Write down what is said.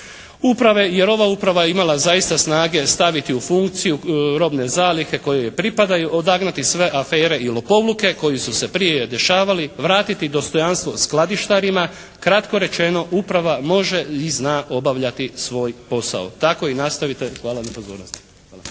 uprave, jer ova uprava je imala zaista snage staviti u funkciju robne zalihe koje joj pripadaju, odagnati sve afere i lopovluke koji su se prije dešavali, vratiti dostojanstvo skladištarima, kratko rečeno uprava može i zna obavljati svoj posao. Tako i nastavite. Hvala na pozornosti.